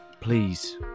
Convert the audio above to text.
Please